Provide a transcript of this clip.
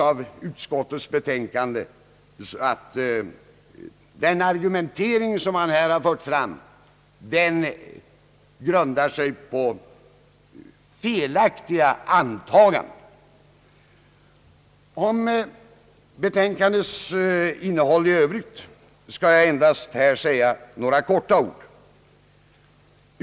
Av utskottets betänkande framgår att den argumentering som här har förts grundar sig på felaktiga antaganden. Om betänkandets innehåll i övrigt skall jag endast säga några korta ord.